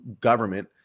government